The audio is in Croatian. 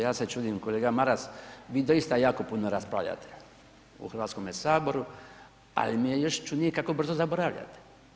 Ja se čudim kolega Maras, vi doista jako puno raspravljate u Hrvatskome saboru ali mi je još čudnije kako brzo zaboravljate.